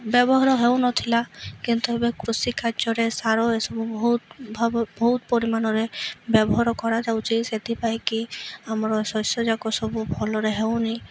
ବ୍ୟବହାର ହେଉନଥିଲା କିନ୍ତୁ ଏବେ କୃଷି କାର୍ଯ୍ୟରେ ସାର ଏସବୁ ବହୁତ ଭାବେ ବହୁତ ପରିମାଣରେ ବ୍ୟବହାର କରାଯାଉଛି ସେଥିପାଇଁ କିି ଆମର ଶସ୍ୟ ଯାକ ସବୁ ଭଲରେ ହେଉନି